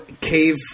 cave